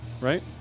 right